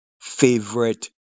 favorite